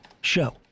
show